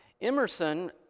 Emerson